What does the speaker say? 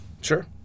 Sure